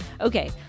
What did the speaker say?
Okay